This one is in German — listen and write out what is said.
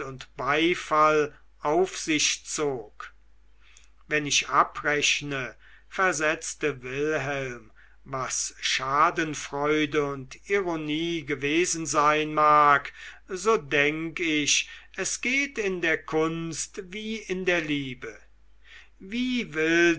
und beifall auf sich zog wenn ich abrechne versetzte wilhelm was schadenfreude und ironie gewesen sein mag so denk ich es geht in der kunst wie in der liebe wie will